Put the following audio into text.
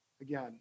again